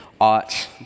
ought